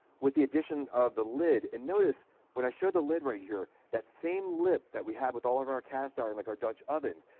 with the addition of the lid, and notice when i showed the lid right, here that same lip that we have with all of our cast iron like and dutch ovens,